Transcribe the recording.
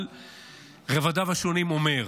על רבדיו השונים, אומר.